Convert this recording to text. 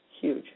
huge